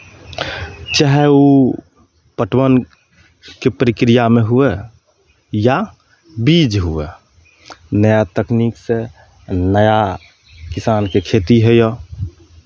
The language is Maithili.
चाहे ओ पटवनके प्रक्रियामे हुए या बीज हुए नया तकनीकसँ नया किसानके खेती होइए